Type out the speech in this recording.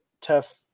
Tough